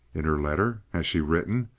in her letter. has she written?